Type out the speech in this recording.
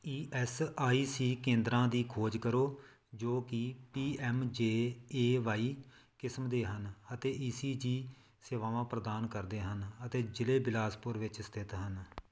E S I C ਕੇਂਦਰਾਂ ਦੀ ਖੋਜ ਕਰੋ ਜੋ ਕਿ P M J A Y ਕਿਸਮ ਦੇ ਹਨ ਅਤੇ ਈ ਸੀ ਜੀ ਸੇਵਾਵਾਂ ਪ੍ਰਦਾਨ ਕਰਦੇ ਹਨ ਅਤੇ ਜ਼ਿਲ੍ਹੇ ਬਿਲਾਸਪੁਰ ਵਿੱਚ ਸਥਿਤ ਹਨ